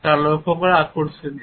তা লক্ষ্য করা আকর্ষণীয়